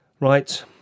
Right